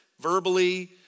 verbally